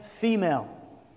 female